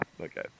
Okay